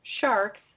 sharks